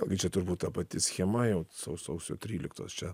ogi čia turbūt ta pati schema jau sausio tryliktos čia